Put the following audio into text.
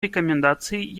рекомендаций